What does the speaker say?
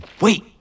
Wait